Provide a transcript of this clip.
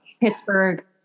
Pittsburgh